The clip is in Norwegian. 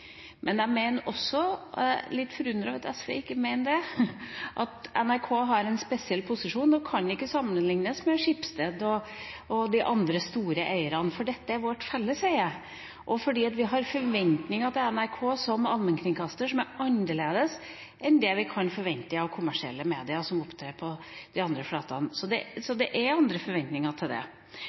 Men jeg mener også – og er litt forundret over at SV ikke mener det – at NRK har en spesiell posisjon og ikke kan sammenlignes med Schibsted og de andre store eierne, for dette er vårt felleseie. Og vi har forventninger til NRK som allmennkringkaster som er annerledes enn det vi forventer av kommersielle medier som opptrer på de andre flatene. Det er andre forventninger. Jeg syns sjølsagt det